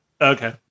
Okay